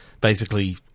basically-